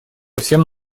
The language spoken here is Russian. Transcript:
всем